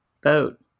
boat